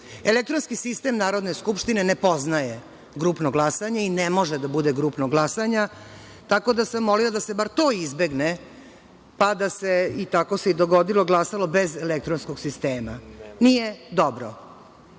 Elektronski sistem Narodne skupštine ne poznaje grupno glasanje i ne može da bude grupnog glasanja, tako da sam molila da se bar to izbegne, pa da se, i tako se i dogodilo, glasalo bez elektronskog sistema. Nije dobro.